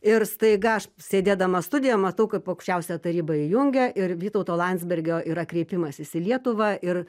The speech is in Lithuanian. ir staiga aš sėdėdamas studijoje matau kaip aukščiausią tarybą įjungia ir vytauto landsbergio yra kreipimasis į lietuvą ir